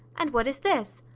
and what is this?